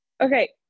Okay